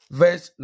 verse